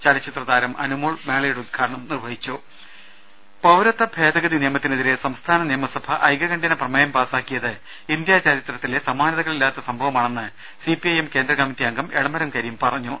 ചലച്ചിത്ര താരം അനുമോൾ മേളയുടെ ഉദ്ഘാടനം നിർവഹിച്ചു പൌരത്വ ഭേദഗതി നിയമത്തിനെതിരെ സംസ്ഥാന നിയമസഭ ഐകകണ്ഠ്യേന പ്രമേയം പാസാക്കിയത് ഇന്ത്യാ ചരിത്രത്തിലെ സമാനതകളില്ലാത്ത സംഭവമാണെന്ന് സി പി ഐ എം കേന്ദ്രകമ്മറ്റിയംഗം അംഗം എളമരം കരീം എം പി പറഞ്ഞു